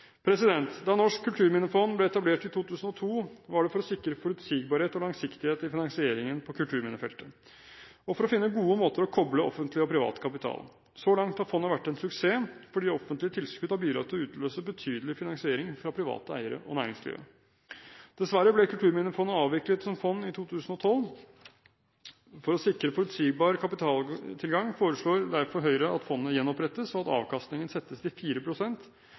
Da Norsk kulturminnefond ble etablert i 2002, var det for å sikre forutsigbarhet og langsiktighet i finansieringen på kulturminnefeltet og for å finne gode måter å koble offentlig og privat kapital. Så langt har fondet vært en suksess fordi offentlige tilskudd har bidratt til å utløse betydelig finansiering fra private eiere og næringslivet. Dessverre ble Kulturminnefondet avviklet som fond i 2012. For å sikre forutsigbar kapitaltilgang foreslår derfor Høyre at fondet gjenopprettes, og at avkastningen settes til